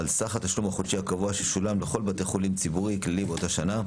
על סך התשלום החודשי הקבוע ששולם בכל בית חולים ציבורי כללי באותה השנה,